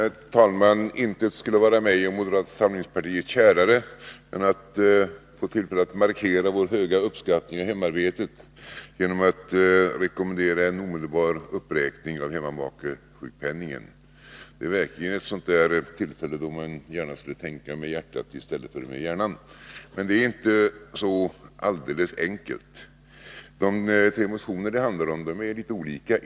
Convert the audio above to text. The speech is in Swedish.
Herr talman! Intet skulle vara oss i moderata samlingspartiet kärare än att vi fick tillfälle att markera vår höga uppskattning av hemarbetet i form av en rekommendation om omedelbar uppräkning av hemmamakesjukpenningen. Vid sådana tillfällen skulle man verkligen vilja tänka med hjärtat i stället för med hjärnan. Men fullt så enkelt är det inte. Det finns tre motioner i detta sammanhang.